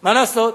מה לעשות?